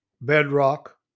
bedrock